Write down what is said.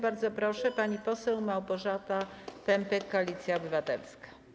Bardzo proszę, pani poseł Małgorzata Pępek, Koalicja Obywatelska.